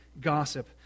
gossip